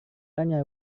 tanya